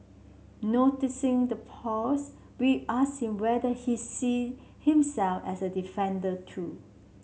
noticing the pause we asked him whether he see himself as a defender too